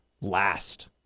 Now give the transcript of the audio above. last